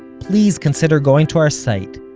please consider going to our site,